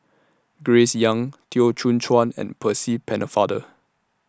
Grace Young Teo Soon Chuan and Percy Pennefather